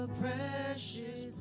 precious